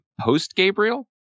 post-Gabriel